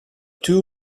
two